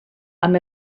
amb